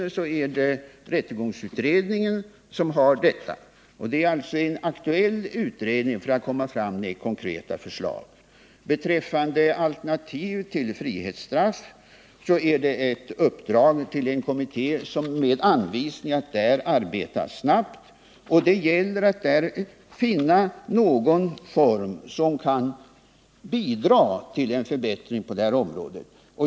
Rättegångsutredningen utreder frågan om processrätten. Det är en aktuell utredning som skall lägga fram konkreta förslag. En kommitté, som har fått anvisningar om att arbeta snabbt, skall lägga fram förslag om alternativ till frihetsstraff. Det gäller att där finna någon form som kan bidra till en förbättring på detta område.